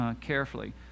carefully